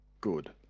good